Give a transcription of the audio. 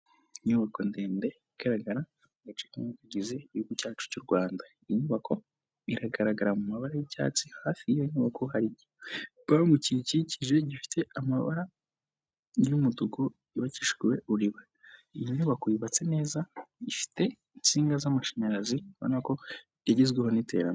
Inyubako ndende igaragara muducce tugize igihugu cyacu cy'u Rwanda iyi nyubako iragaragara mu mabare wi'ibyatsi hafi yinkouko hari igihe kikikije gifite amabara y'umudugu yubakishiwe uriba iyi nyubako yubatse neza ifite insinga z'amashanyarazibona ko yagezweho n'iterambere.